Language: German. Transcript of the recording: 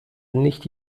nicht